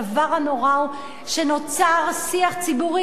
הדבר הנורא הוא שנוצר שיח ציבורי.